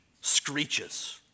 screeches